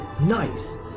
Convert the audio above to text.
Nice